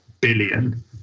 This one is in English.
billion